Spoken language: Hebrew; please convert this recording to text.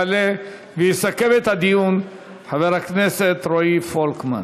יעלה ויסכם את הדיון חבר הכנסת רועי פולקמן.